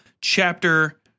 chapter